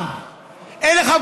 אנחנו כולם ממתינים למה שהם יכריעו,